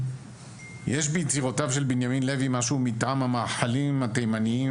"יש ביצירותיו של בנימין לוי משהו מטעם המאכלים התימנים